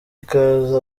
ikaze